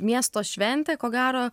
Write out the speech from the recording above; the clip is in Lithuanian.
miesto šventė ko gero